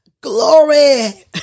Glory